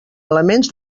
elements